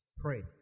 pray